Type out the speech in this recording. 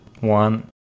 one